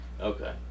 Okay